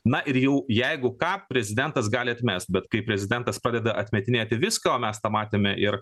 na ir jų jeigu ką prezidentas gali atmest bet kai prezidentas pradeda atmetinėti viską o mes tą matėme ir